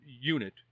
unit